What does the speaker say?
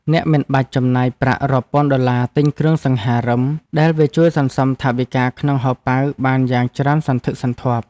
អ្នកមិនបាច់ចំណាយប្រាក់រាប់ពាន់ដុល្លារទិញគ្រឿងសង្ហារិម ដែលវាជួយសន្សំថវិកាក្នុងហោប៉ៅបានយ៉ាងច្រើនសន្ធឹកសន្ធាប់។